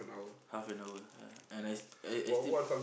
half an hour ya and I I I still